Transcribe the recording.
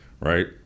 right